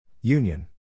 Union